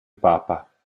papa